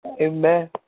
Amen